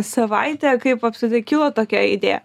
savaitę kaip apskritai kilo tokia idėja